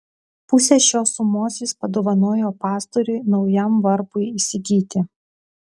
pusę šios sumos jis padovanojo pastoriui naujam varpui įsigyti